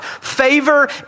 favor